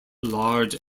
large